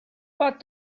pot